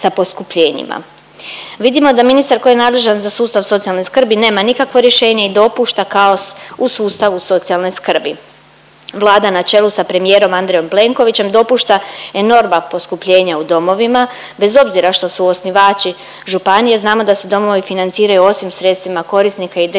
Vidimo da ministar koji je nadležan za sustav socijalne skrbi nema nikakvo rješenje i dopušta kaos u sustavu socijalne skrbi. Vlada na čelu sa premijerom Andrejom Plenkovićem dopušta enormna poskupljenja u domovima, bez obzira što su osnivači županije znamo da se domovi financiraju osim sredstvima korisnika i